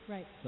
Right